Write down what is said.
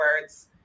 words